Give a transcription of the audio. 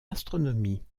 astronomie